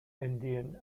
indian